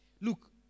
Look